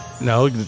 No